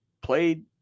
played